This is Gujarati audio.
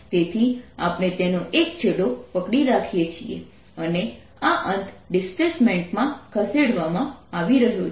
તેથી આપણે તેનો એક છેડો પકડી રાખીએ છીએ અને આ અંત ડિસ્પ્લેસમેન્ટ માં ખસેડવામાં આવી રહ્યો છે